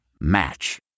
match